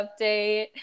Update